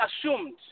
assumed